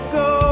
go